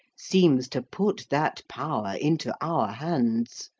seems to put that power into our hands.